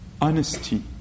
honesty